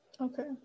Okay